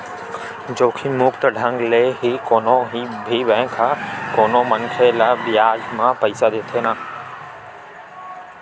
जोखिम मुक्त ढंग ले ही कोनो भी बेंक ह कोनो मनखे ल बियाज म पइसा देथे न